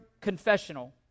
confessional